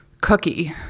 cookie